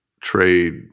trade